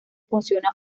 funciona